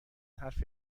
حرف